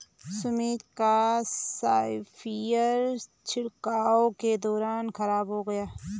सुमित का स्प्रेयर छिड़काव के दौरान खराब हो गया